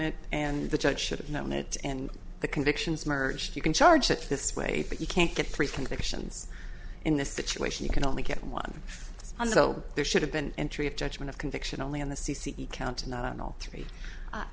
it and the judge should have known it and the convictions merged you can charge it this way but you can't get three convictions in this situation you can only get one and so there should have been entry of judgment of conviction only on the c c count and not on all three